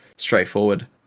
straightforward